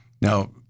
Now